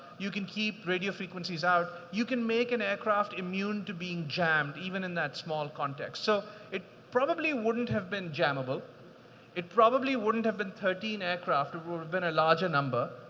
you can keep radio frequencies out. you can make an aircraft immune to being jammed, even in that small context, so it probably wouldn't have been jammable it probably wouldn't have been thirteen aircraft would have been a larger number.